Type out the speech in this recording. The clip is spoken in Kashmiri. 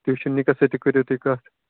تُہۍ وٕچھِو نِکَس سۭتۍ تہِ کٔرِو تُہۍ کَتھ